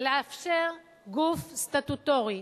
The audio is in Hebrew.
לאפשר גוף סטטוטורי,